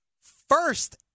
First